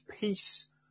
peace